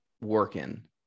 working